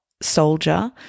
soldier